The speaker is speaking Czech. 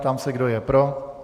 Ptám se, kdo je pro.